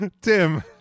Tim